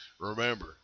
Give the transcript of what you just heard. Remember